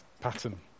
pattern